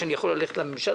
שבה אני יכול ללכת לממשלה,